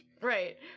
right